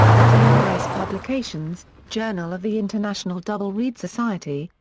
i d r s. publications journal of the international double reed society,